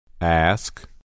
Ask